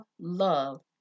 love